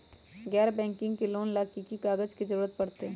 गैर बैंकिंग से लोन ला की की कागज के जरूरत पड़तै?